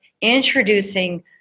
introducing